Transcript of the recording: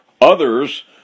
others